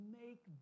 make